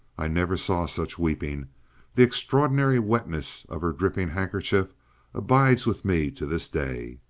i never saw such weeping the extraordinary wetness of her dripping handkerchief abides with me to this day.